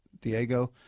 diego